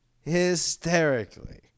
hysterically